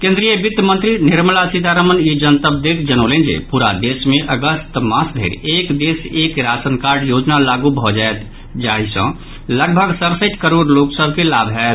केंद्रीय वित्त मंत्री निर्मला सीतारमण ई जनतब दैत जनौलनि जे पूरा देश मे अगस्त मास धरि एक देश एक राशनकार्ड योजना लागू भऽ जायत जाहि सँ लगभग सड़सठि करोड़ लोक सभ के लाभ होयत